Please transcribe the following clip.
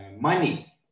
money